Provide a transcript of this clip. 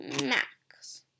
max